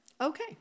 Okay